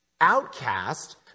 outcast